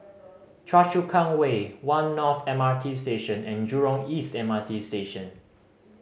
Choa Chu Kang Way One North M R T Station and Jurong East M R T Station